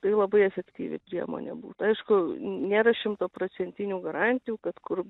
tai labai efektyvi priemonė būtų aišku nėra šimtaprocentinių garantijų kad kur